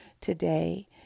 today